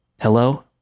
Hello